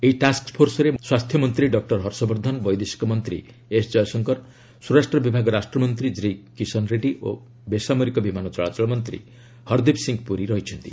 ଏହି ଟାସ୍କଫୋର୍ସରେ ସ୍ୱାସ୍ଥ୍ୟମନ୍ତ୍ରୀ ଡକ୍ଟର ହର୍ଷବର୍ଦ୍ଧନ ବୈଦେଶିକ ମନ୍ତ୍ରୀ ଏସ୍ ଜୟଶଙ୍କର ସ୍ୱରାଷ୍ଟ୍ର ବିଭାଗ ରାଷ୍ଟ୍ରମନ୍ତ୍ରୀ ଜି କିଶନ ରେଡ଼ୀ ଓ ବେସମରିକ ବିମାନ ଚଳାଚଳ ମନ୍ତ୍ରୀ ହରଦୀପ ସିଂହ ପ୍ରରୀ ଅଛନ୍ତି